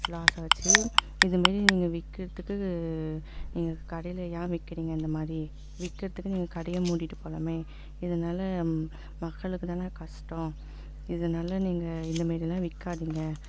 loss ஆச்சு இதுமாரி நீங்கள் விற்கிறதுக்கு நீங்கள் கடையில் ஏன் விற்கிறீங்க இந்தமாதிரி விற்கிறதுக்கு நீங்கள் கடையே மூடிவிட்டு போகலாமே இதனால மக்களுக்கு தானே கஸ்டம் இதனால நீங்கள் இந்தமாரிலாம் விற்காதீங்க